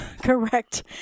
Correct